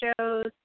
shows